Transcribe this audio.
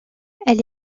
elle